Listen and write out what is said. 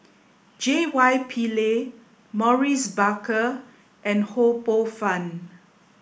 J Y Pillay Maurice Baker and Ho Poh Fun